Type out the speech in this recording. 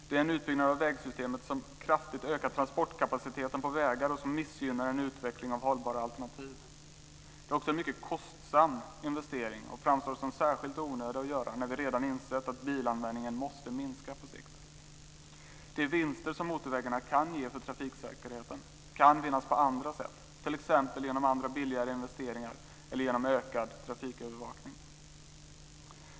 Det är en utbyggnad av vägsystemet som kraftigt ökar transportkapaciteten på vägar och som missgynnar en utveckling av hållbara alternativ. Det är också en mycket kostsam investering och framstår som särskilt onödig att göra när vi redan insett att bilanvändningen måste minska på sikt. De vinster som motorvägarna kan ge för trafiksäkerheten kan vinnas på andra sätt, t.ex. genom andra billigare investeringar eller genom ökad trafikövervakning.